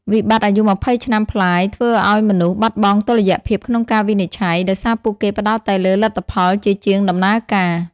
វិបត្តិអាយុ២០ ឆ្នាំប្លាយធ្វើឱ្យមនុស្សបាត់បង់តុល្យភាពក្នុងការវិនិច្ឆ័យ ដោយសារពួកគេផ្ដោតតែលើ "លទ្ធផល" ជាជាង "ដំណើរការ"។